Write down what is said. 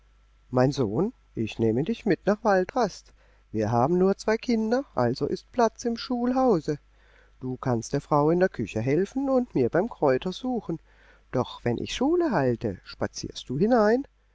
mein sohn ich nehme dich mit nach waldrast wir haben nur zwei kinder also ist platz im schulhause du kannst der frau in der küche helfen und mir beim kräutersuchen doch wenn ich schule halte spazierst du hinein